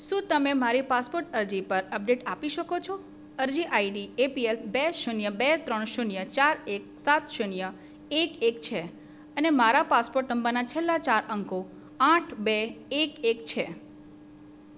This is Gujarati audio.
શું તમે મારી પાસપોટ અરજી પર અપડેટ આપી શકો છો અરજી આઈડી એપીએલ બે શૂન્ય બે ત્રણ શૂન્ય ચાર એક સાત શૂન્ય એક એક છે અને મારા પાસપોટ નંબરના છેલ્લા ચાર અંકો આઠ બે એક એક છે